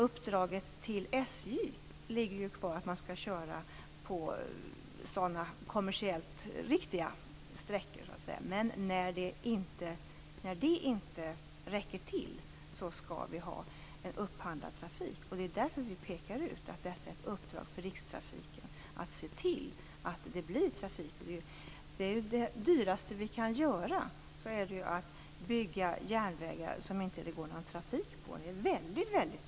Uppdraget till SJ, att man skall köra på kommersiellt riktiga sträckor, ligger kvar, men när det inte räcker till skall vi ha en upphandlad trafik. Det är därför vi pekar ut att det är ett uppdrag för Rikstrafiken att se till att det blir trafik. Det dyraste vi kan göra är ju att bygga järnvägar som det inte går någon trafik på. Det är väldigt dyrt.